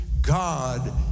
God